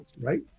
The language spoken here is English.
right